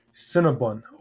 Cinnabon